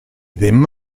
ddim